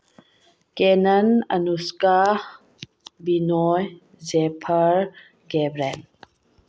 Canon ꯑꯅꯨꯁꯀꯥ ꯕꯤꯅꯣꯏ ꯖꯦꯐꯔ ꯀꯦꯕ꯭꯭ꯔꯦꯟ